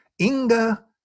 Inga